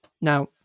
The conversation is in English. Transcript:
Now